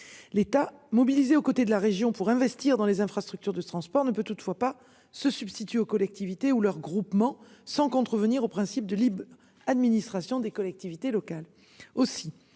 l'État mobilisés aux côtés de la région pour investir dans les infrastructures de transport ne peut toutefois pas se substituer aux collectivités ou leurs groupements sans contrevenir au principe de libre administration des collectivités locales